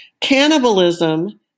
Cannibalism